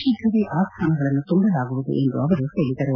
ಶೀಘವೇ ಆ ಸ್ಥಾನಗಳನ್ನು ತುಂಬಲಾಗುವುದು ಎಂದು ಅವರು ಹೇಳದರು